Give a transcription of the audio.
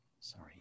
Sorry